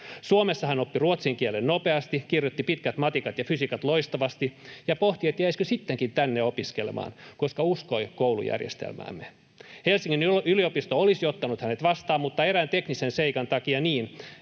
Suomessa hän oppi ruotsin kielen nopeasti, kirjoitti pitkät matikat ja fysiikat loistavasti ja pohti, jäisikö sittenkin tänne opiskelemaan, koska uskoi koulujärjestelmäämme. Helsingin yliopisto olisi ottanut hänet vastaan, mutta erään teknisen seikan takia niin,